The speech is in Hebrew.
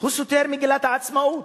הוא סותר את מגילת העצמאות.